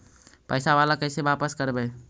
पैसा बाला कैसे बापस करबय?